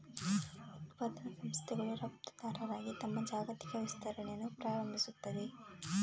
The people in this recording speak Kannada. ಉತ್ಪಾದನಾ ಸಂಸ್ಥೆಗಳು ರಫ್ತುದಾರರಾಗಿ ತಮ್ಮ ಜಾಗತಿಕ ವಿಸ್ತರಣೆಯನ್ನು ಪ್ರಾರಂಭಿಸುತ್ತವೆ